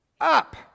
up